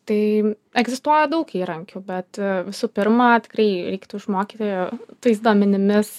tai egzistuoja daug įrankių bet visų pirma tikrai reiktų išmokyti tais duomenimis